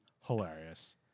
hilarious